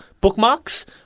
bookmarks